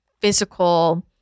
physical